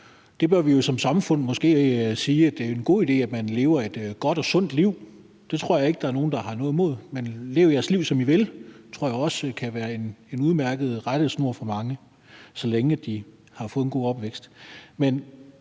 Vi bør måske som samfund sige, at det er en god idé, at man lever et godt og sundt liv. Det tror jeg ikke der er nogen der har noget imod. Men lev jeres liv, som I vil – det tror jeg også kan være en udmærket rettesnor for mange, så længe de har fået en god opvækst.